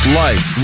life